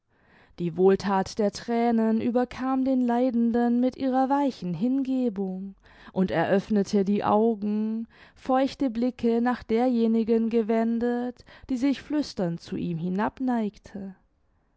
die wohlthat der thränen überkam den leidenden mit ihrer weichen hingebung und er öffnete die augen feuchte blicke nach derjenigen gewendet die sich flüsternd zu ihm